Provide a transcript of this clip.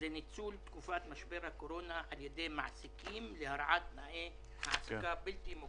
זה יהיה באמצעות הסוכנות לעסקים קטנים ובינוניים.